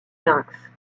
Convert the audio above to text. lynx